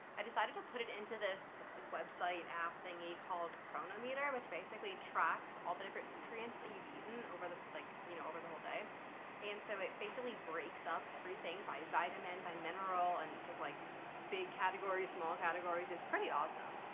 i decided to put it into this like website app thingy called chronometer which basically tracks all the different nutrients that you've eaten over the like you know over the whole day and so it basically breaks up everything by vitamin by mineral and just like big categories, small categories. it's pretty awesome.